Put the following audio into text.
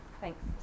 thanks